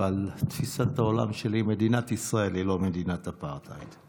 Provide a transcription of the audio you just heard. אבל תפיסת העולם שלי היא שמדינת ישראל היא לא מדינת אפרטהייד.